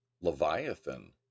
Leviathan